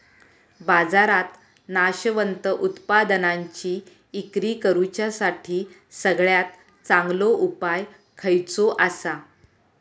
बाजारात नाशवंत उत्पादनांची इक्री करुच्यासाठी सगळ्यात चांगलो उपाय खयचो आसा?